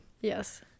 yes